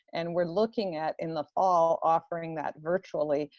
and we're looking at in the fall offering that virtually,